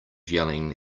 yelling